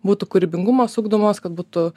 būtų kūrybingumas ugdomas kad būtų